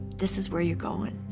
this is where you're going,